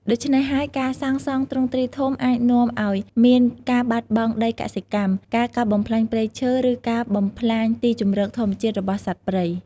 ដូច្នេះហើយ ការសាងសង់ទ្រង់ទ្រាយធំអាចនាំឱ្យមានការបាត់បង់ដីកសិកម្ម ការកាប់បំផ្លាញព្រៃឈើ ឬការបំផ្លាញទីជម្រកធម្មជាតិរបស់សត្វព្រៃ។